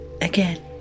Again